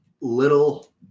little